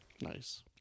Nice